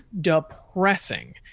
depressing